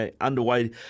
underway